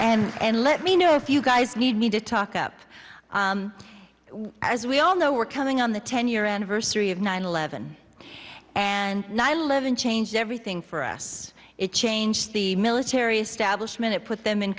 you and let me know if you guys need me to talk up as we all know we're coming on the ten year anniversary of nine eleven and nine eleven changed everything for us it changed the military establishment it put them in